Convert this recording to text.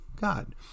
God